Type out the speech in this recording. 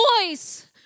voice